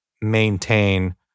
maintain